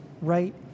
right